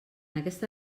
aquesta